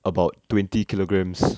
about twenty kilograms